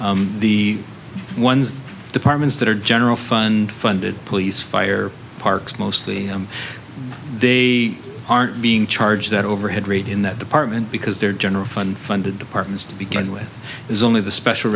the ones the departments that are general fund funded police fire parks mostly they aren't being charge that overhead rate in that department because their general fund funded departments to begin with is only the special